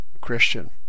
Christian